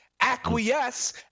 acquiesce